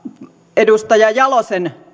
edustaja jalosen